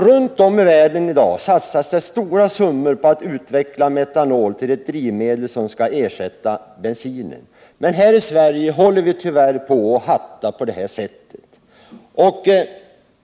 Runt om i världen satsas i dag stora summor på att utveckla metanol till ett drivmedel som skall ersätta bensinen. Men här i Sverige håller vi på och hattar på detta vis.